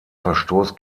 verstoß